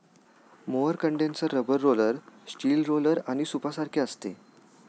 mower condenser rubber roller, steel roller आणि सूपसारखे असते